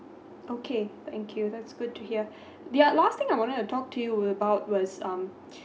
okay thank you that's good to hear the last thing I wanna talk to you about was um